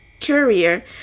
courier